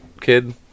kid